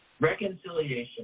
reconciliation